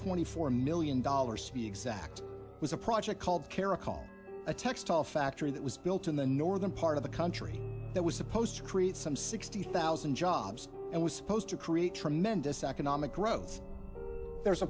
twenty four million dollars the exact was a project called caricom a textile factory that was built in the northern part of the country that was supposed to create some sixty thousand jobs and was supposed to create tremendous economic growth there is a